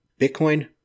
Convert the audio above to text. Bitcoin